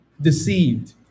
deceived